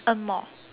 earn more